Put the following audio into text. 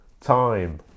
time